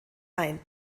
ein